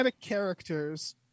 characters